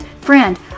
Friend